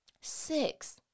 Six